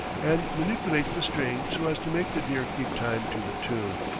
and manipulates the string so as to make the deer keep time to the tune.